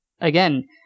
again